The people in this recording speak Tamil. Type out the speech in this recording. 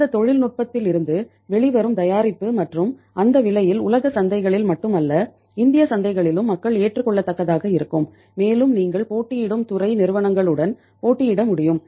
அந்த தொழில்நுட்பத்திலிருந்து வெளிவரும் தயாரிப்பு மற்றும் அந்த விலையில் உலகச் சந்தைகளில் மட்டும் அல்ல இந்திய சந்தைகளிலும் மக்கள் ஏற்றுக்கொள்ளதக்கதாக இருக்கும் மேலும் நீங்கள் போட்டியிடும் துறை நிறுவனங்களுடன் போட்டியிட முடியும்